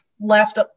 left